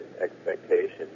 expectation